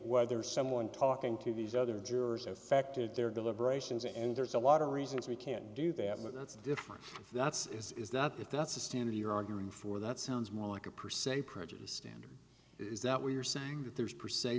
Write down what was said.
whether someone talking to these other jurors affected their deliberations and there's a lot of reasons we can't do that but that's a different that's is that if that's the standard you're arguing for that sounds more like a perceived prejudice standard is that we're saying that there's per